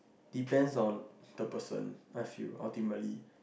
depends on the person I feel ultimately